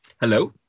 Hello